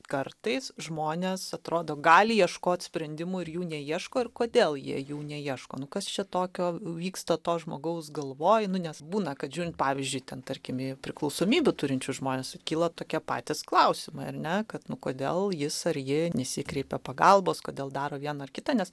kartais žmonės atrodo gali ieškot sprendimų ir jų neieško ir kodėl jie jų neieško nu kas čia tokio vyksta to žmogaus galvoj nu nes būna kad žiūrint pavyzdžiui ten tarkim į priklausomybių turinčius žmones kyla tokie patys klausimai ar ne kad nu kodėl jis ar ji nesikreipia pagalbos kodėl daro vieną ar kitą nes